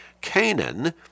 Canaan